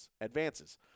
advances